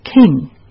king